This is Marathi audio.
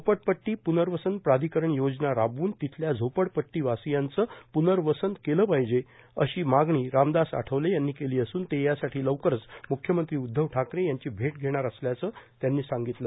झोपडपट्री पुनर्वसन प्राधिकरण योजना राबवून तेथील झोपडीवासीयांचे पुनर्वसन केलं पाहिजे अशी मागणी रामदास आठवले यांनी केली असून ते यासाठी लवकरच मुख्यमंत्री उद्धव ठाकरे यांची भेट घेणार असल्याचं त्यांनी सांगितलं